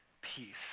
Peace